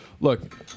Look